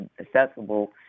accessible